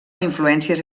influències